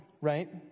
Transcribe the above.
right